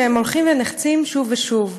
והם הולכים ונחצים שוב ושוב.